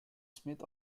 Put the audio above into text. smith